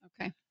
Okay